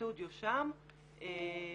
בסטודיו שם,